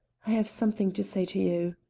i have something to say to you.